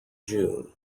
june